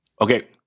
Okay